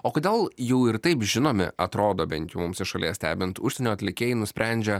o kodėl jau ir taip žinomi atrodo bent jau mums iš šalies stebint užsienio atlikėjai nusprendžia